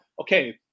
okay